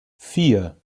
vier